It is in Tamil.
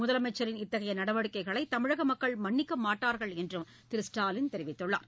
முதலமைச்சரின் இத்தகைய நடவடிக்கைகளை தமிழக மக்கள் மன்னிக்க மாட்டார்கள் என்றும் திரு ஸ்டாலின் தெரிவித்துள்ளார்